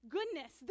Goodness